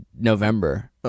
November